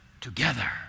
together